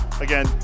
again